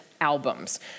albums